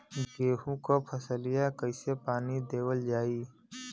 गेहूँक फसलिया कईसे पानी देवल जाई?